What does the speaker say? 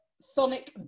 Sonic